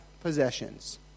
possessions